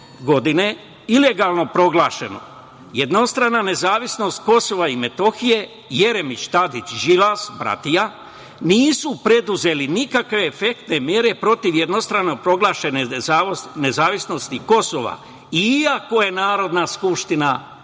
ilegalno proglašena jednostrana nezavisnost Kosova i Metohije, Jeremić, Tadić, Đilas i bratija nisu preduzeli nikakve efektne mere protiv jednostrano proglašene nezavisnosti Kosova, iako je Narodna skupština